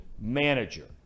manager